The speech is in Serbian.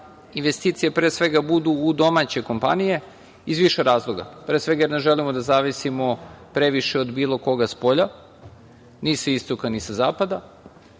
investicije pre svega budu u domaće kompanije, iz više razloga. Pre svega jer ne želimo da zavisimo previše od bilo koga spolja, ni sa istoka ni sa zapada,